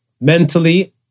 mentally